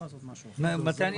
לילי,